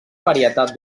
varietat